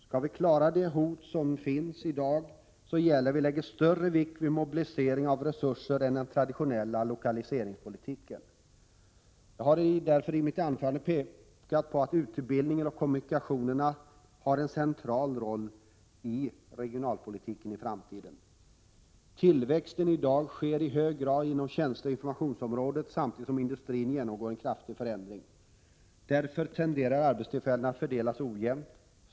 Skall vi klara de hot som finns i dag gäller det att vi lägger större vikt vid mobilisering av resurser än den traditionella lokaliseringspolitiken gör. Jag har därför i mitt anförande pekat på att utbildningen och kommunikationerna har en central roll i regionalpolitiken i framtiden. Tillväxten i dag sker i hög grad inom tjänsteoch informationsområdet, samtidigt som industrin genomgår en kraftig förändring. Därför tenderar arbetstillfällena att fördelas ojämnt.